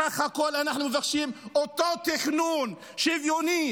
בסך הכול אנחנו מבקשים את אותו תכנון שוויוני.